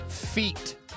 Feet